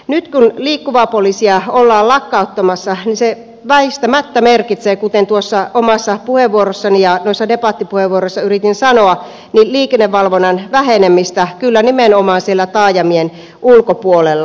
nyt kun liikkuvaa poliisia ollaan lakkauttamassa niin se väistämättä merkitsee kuten tuossa omassa puheenvuorossani ja noissa debattipuheenvuoroissa yritin sanoa liikennevalvonnan vähenemistä kyllä nimenomaan siellä taajamien ulkopuolella